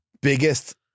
biggest